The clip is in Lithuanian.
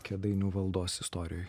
kėdainių valdos istorijoj